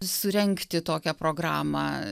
surengti tokią programą